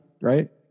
right